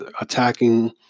attacking